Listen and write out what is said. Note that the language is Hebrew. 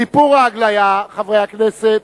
סיפור ההגליה, חברי הכנסת,